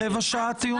רבע שעה טיעון?